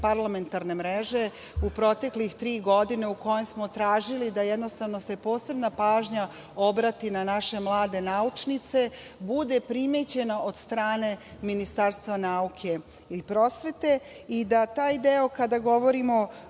parlamentarne mreže u proteklih tri godine, u kojem smo tražili da jednostavno se posebna pažnja obrati na naše mlade naučnice, bude primećena od strane Ministarstva nauke i prosvete i da taj deo kada govorimo,